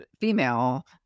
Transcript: female